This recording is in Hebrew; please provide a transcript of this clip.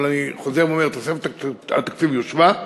אבל אני חוזר ואומר, תוספת התקציב יושבה.